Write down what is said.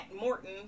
Morton